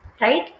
Right